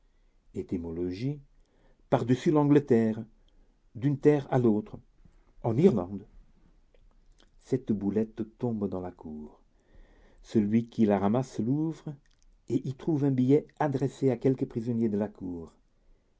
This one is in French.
étymologie par-dessus l'angleterre d'une terre à l'autre en irlande cette boulette tombe dans la cour celui qui la ramasse l'ouvre et y trouve un billet adressé à quelque prisonnier de la cour